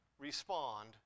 respond